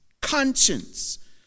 conscience